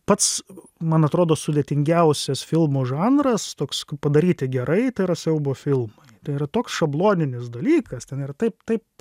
pats man atrodo sudėtingiausias filmo žanras toks padaryti gerai tai yra siaubo filmai tai yra toks šabloninis dalykas ten yra taip taip